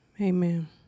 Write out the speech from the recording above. Amen